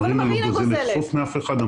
המרינה לא גוזלת חוף מאף אחד.